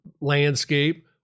landscape